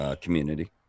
community